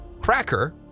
cracker